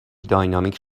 دینامیک